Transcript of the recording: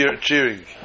cheering